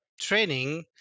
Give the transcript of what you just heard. training